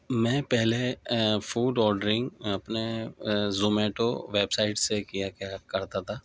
میں پہلے food ordering اپنے زومیٹو ویب سائٹ سے کیا کیا کرتا تھا